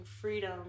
freedom